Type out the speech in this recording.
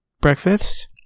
breakfasts